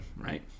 right